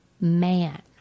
man